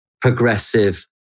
progressive